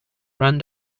ran